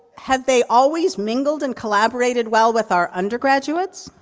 have they always mingled and collaborated well with our undergraduates?